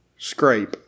Scrape